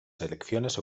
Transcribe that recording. selecciones